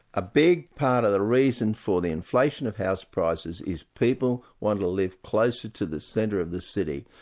a big part of the reason for the inflation of house prices is people want to live closer to the centre of the city.